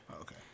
Okay